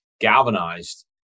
galvanized